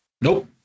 nope